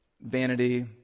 vanity